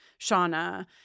shauna